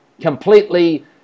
completely